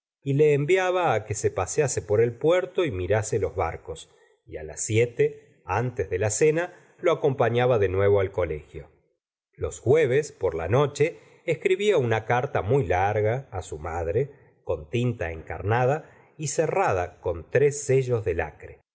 y le enviaba á que se pasease por el puerto y mirase los barcos y a las siete antes de la cena lo acompañaba de nuevo al colegio los jueves por la noche escribía una carta muy larga á su madre con tinta encarnada y cerrada con tres sellos de lacre